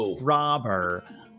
robber